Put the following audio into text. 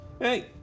Hey